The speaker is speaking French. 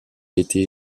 été